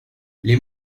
les